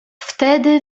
wtedy